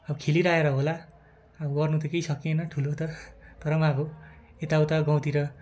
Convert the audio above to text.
अब खेलिरहेर होला अब गर्नु त केही सकिएन ठुलो त तर पनि अब यताउता गाउँतिर